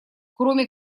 кроме